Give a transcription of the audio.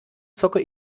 zocke